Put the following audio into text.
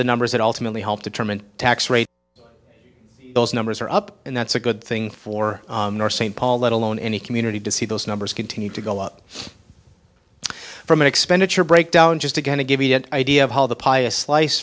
the numbers that ultimately help determine tax rate those numbers are up and that's a good thing for north st paul let alone any community to see those numbers continue to go up from an expenditure breakdown just again to give you an idea of how the pie a slice